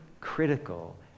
critical